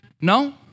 No